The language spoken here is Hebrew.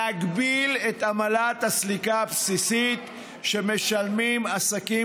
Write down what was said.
להגביל את עמלת הסליקה הבסיסית שמשלמים עסקים